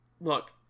Look